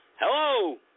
Hello